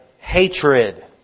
Hatred